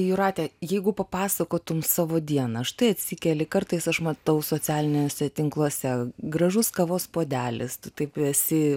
jūrate jeigu papasakotum savo dieną štai atsikeli kartais aš matau socialiniuose tinkluose gražus kavos puodelis tu taip esi